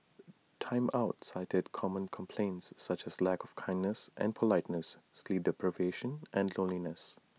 Time Out cited common complaints such as lack of kindness and politeness sleep deprivation and loneliness